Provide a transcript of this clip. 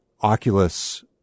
Oculus